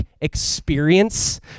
experience